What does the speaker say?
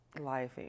Life